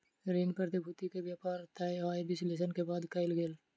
ऋण प्रतिभूति के व्यापार तय आय विश्लेषण के बाद कयल गेल